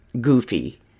goofy